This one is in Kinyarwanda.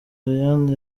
ariane